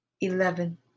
eleven